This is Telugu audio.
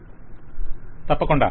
క్లయింట్ తప్పకుండా